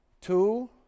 two